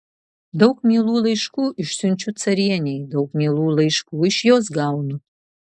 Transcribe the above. daug mielų laiškų išsiunčiu carienei daug mielų laiškų iš jos gaunu